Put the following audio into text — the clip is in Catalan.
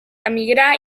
emigrar